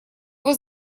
его